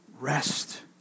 rest